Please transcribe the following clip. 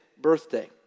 birthday